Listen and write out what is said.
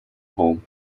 home